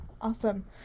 Awesome